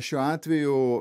šiuo atveju